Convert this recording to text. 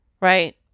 Right